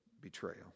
betrayal